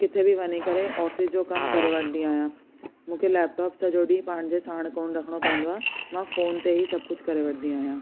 किथे बि वञी करे ऑफिस जो कम करे वठंदी आहियां मूंखे लैपटॉप सॼो ॾींहुं पंहिंजे साण कोन्ह रखिणो पवंदो आहे मां फ़ोन ते ई सभु कुझु करे वठंदी आहियां